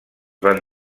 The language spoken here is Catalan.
van